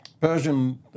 Persian